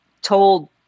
told